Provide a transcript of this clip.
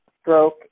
stroke